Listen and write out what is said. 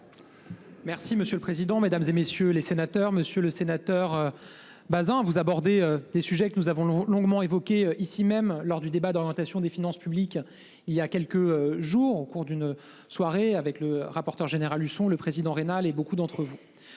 Merci monsieur le président, Mesdames, et messieurs les sénateurs, Monsieur le Sénateur. Bazin vous aborder des sujets que nous avons longuement évoqué ici même lors du débat d'orientation des finances publiques. Il y a quelques jours au cours d'une soirée avec le rapporteur général Husson. Le président rénal et beaucoup d'entre vous.